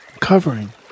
covering